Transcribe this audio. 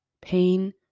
pain